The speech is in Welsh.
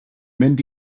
mynd